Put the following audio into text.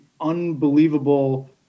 unbelievable